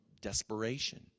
desperation